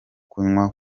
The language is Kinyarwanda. kunywa